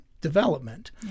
development